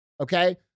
Okay